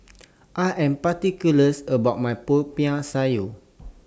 I Am particulars about My Popiah Sayur